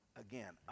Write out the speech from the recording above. again